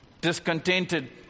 Discontented